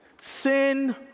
Sin